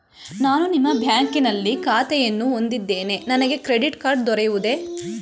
ನಾನು ನಿಮ್ಮ ಬ್ಯಾಂಕಿನಲ್ಲಿ ಖಾತೆಯನ್ನು ಹೊಂದಿದ್ದೇನೆ ನನಗೆ ಕ್ರೆಡಿಟ್ ಕಾರ್ಡ್ ದೊರೆಯುವುದೇ?